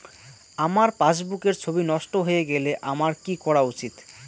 আমার পাসবুকের ছবি নষ্ট হয়ে গেলে আমার কী করা উচিৎ?